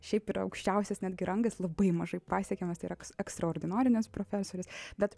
šiaip yra aukščiausias netgi rangas labai mažai pasiekiamas tai yra ekstraordinarinis profesorius bet